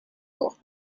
auch